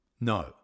no